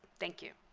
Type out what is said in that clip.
thank you.